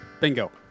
Bingo